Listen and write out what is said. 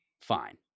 fine